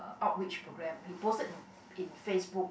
outreach program he posted in in Facebook